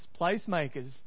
Placemakers